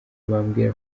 bambwira